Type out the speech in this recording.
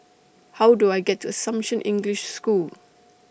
How Do I get to Assumption English School